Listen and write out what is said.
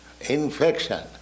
infection